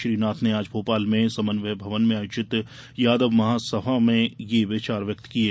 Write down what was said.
श्री नाथ ने आज भोपाल के समन्वय भवन में आयोजित यादव महासभा में ये विचार व्यक्त किये